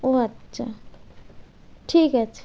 ও আচ্ছা ঠিক আছে